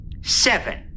seven